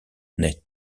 net